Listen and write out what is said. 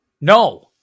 No